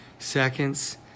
seconds